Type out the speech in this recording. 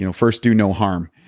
you know first do no harm.